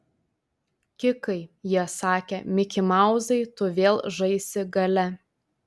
kikai jie sakė mikimauzai tu vėl žaisi gale